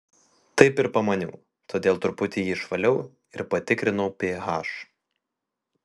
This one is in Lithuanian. taip ir pamaniau todėl truputį jį išvaliau ir patikrinau ph